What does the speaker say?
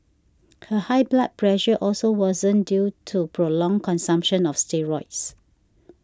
her high blood pressure also worsened due to prolonged consumption of steroids